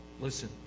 Listen